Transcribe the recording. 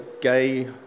gay